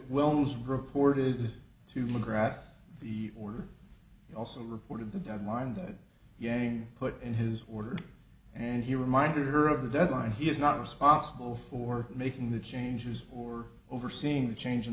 was reported to mcgrath the order also reported the deadline that yang put in his order and he reminded her of the deadline he is not responsible for making the changes or overseeing the chang